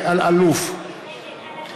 נגד קארין אלהרר, בעד זאב